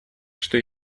что